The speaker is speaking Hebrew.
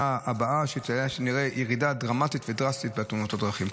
הבאה ונראה ירידה דרמטית ודרסטית בתאונות הדרכים.